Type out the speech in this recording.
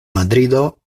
madrido